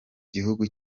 gihugu